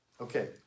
Okay